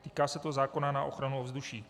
Týká se to zákona na ochranu ovzduší.